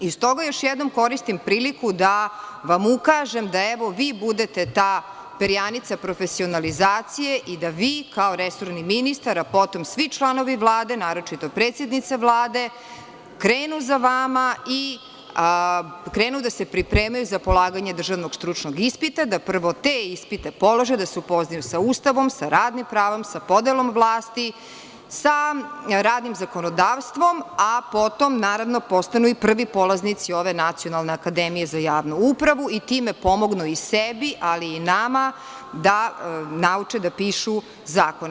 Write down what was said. Stoga još jednom koristim priliku da vam ukažem, da evo vi budete ta perjanica profesionalizacije i da vi kao resorni ministar, a potom i svi članovi Vlade, naročito predsednica Vlade krenu za vam i krenu da se pripremaju za polaganje državnog stručnog ispita, da prvo te ispite polože, da se upoznaju sa Ustavom, sa radnim pravom, sa podelom vlasti, sa radnim zakonodavstvom, a potom naravno postanu i prvi polaznici ove Nacionalne akademije za javnu upravu i time pomognu i sebi ali i nama da nauče da pišu zakone.